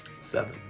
Seven